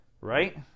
right